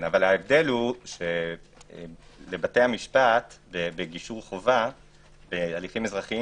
אבל לבתי המשפט בגישור חובה בהליכים אזרחיים